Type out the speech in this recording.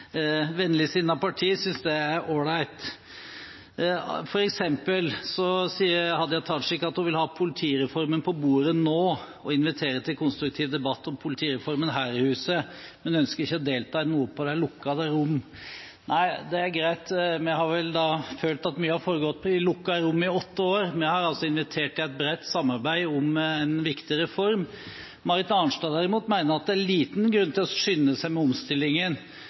partier – synes det er all right. For eksempel sier Hadia Tajik at hun vil ha politireformen på bordet nå, og inviterer til konstruktiv debatt om politireformen her i huset, men ønsker ikke å delta i noe i det lukkede rom. Nei, det er greit, vi har følt at mye har foregått i lukkede rom i åtte år, vi har altså invitert til et bredt samarbeid om en viktig reform. Marit Arnstad, derimot, mener at det er liten grunn til å skynde seg med omstillingen